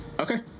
Okay